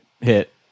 hit